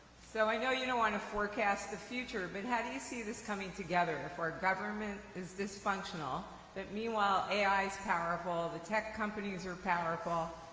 so i know you don't want to forecast the future but how do you see this coming together? for our government, is dysfunctional but meanwhile ai is powerful, the tech companies are powerful.